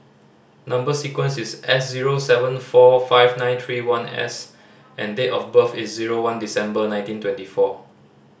number sequence is S zero seven four five nine three one S and date of birth is zero one December nineteen twenty four